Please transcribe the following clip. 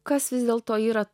kas vis dėlto yra